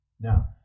Now